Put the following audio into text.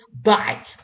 bye